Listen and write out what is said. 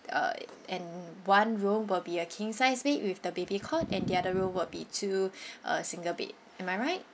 uh and one room will be a king size bed with the baby cot and the other room will be two uh single bed am I right